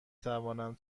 توانم